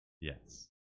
yes